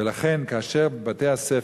ולכן כאשר בתי-הספר,